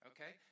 Okay